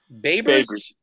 Babers